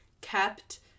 kept